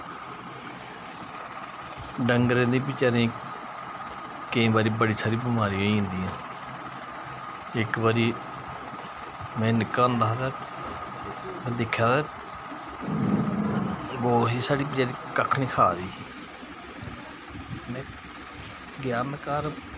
जानवरें गी बचैरें गी केईं बारी बड़ी सारी बमारियां होई जंदियां इक बारी में निक्का होंदा हा दा ते में दिक्खेआ ते गौ ही साढ़ी कक्ख बी निं खा दी ही में गेआ में घर